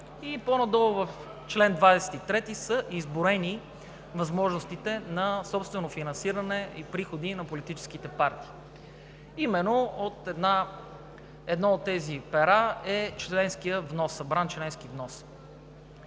И по-надолу в чл. 23 са изброени възможностите на собствено финансиране и приходи на политическите партии. Едно от тези пера е членският внос, събраният членски внос.